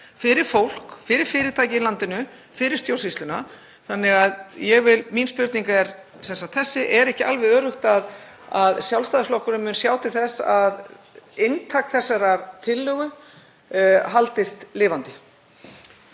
fyrir fólk, fyrir fyrirtækin í landinu, fyrir stjórnsýsluna. Þannig að mín spurning er þessi: Er ekki alveg öruggt að Sjálfstæðisflokkurinn mun sjá til þess að inntak þessarar tillögu haldist lifandi?